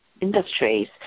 industries